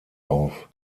auf